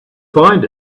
find